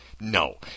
No